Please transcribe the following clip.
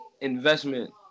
investment